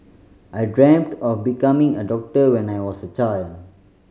I dreamt of becoming a doctor when I was a child